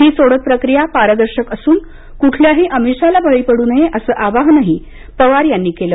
ही सोडत प्रक्रिया पारदर्शक असून कुठल्याही आमिषाला बळी पडू नये असं आवाहनही पवार यांनी केलं